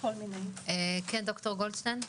ד"ר גולדשטיין.